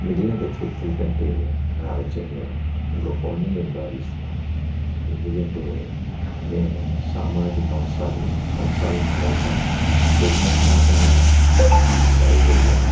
మిగిలిన రక్షత్రతుల కంటే నా రచనలు గొప్ప అని నేను భావిస్తున్నాను ఎందుకంటే నేను సామాజిక అంశాలు అంశాల నా లోపాలను నిర్మూహమోటంగా రాయగలిగాను